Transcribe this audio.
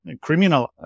criminal